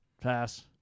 Pass